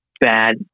bad